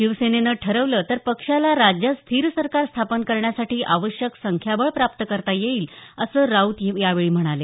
शिवसेनेनं ठरवलं तर पक्षाला राज्यात स्थीर सरकार स्थापन करण्यासाठी आवश्यक संख्याबळ प्राप्त करता येईल असं राऊत यावेळी म्हणाले